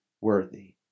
worthy